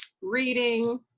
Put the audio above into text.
reading